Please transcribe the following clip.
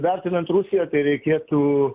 vertinant rusiją tai reikėtų